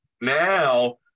Now